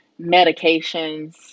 medications